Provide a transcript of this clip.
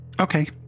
Okay